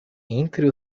entre